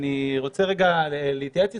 אני רוצה להתייעץ איתך,